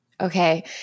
Okay